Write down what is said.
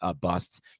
busts